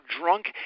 drunk